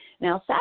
Now